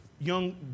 young